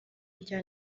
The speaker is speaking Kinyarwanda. rya